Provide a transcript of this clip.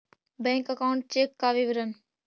Bank account check का विवरण?